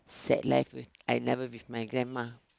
sad life I never with my grandma